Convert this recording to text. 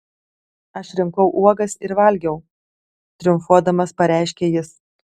aš rinkau uogas ir valgiau triumfuodamas pareiškė jis